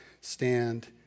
stand